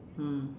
mm